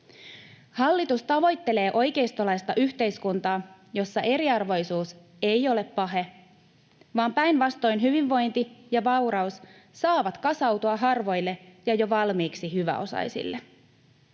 Hallitus tavoittelee oikeistolaista yhteiskuntaa, jossa eriarvoisuus ei ole pahe, vaan päinvastoin hyvinvointi ja vauraus saavat kasautua harvoille ja jo valmiiksi hyväosaisille.